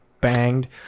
banged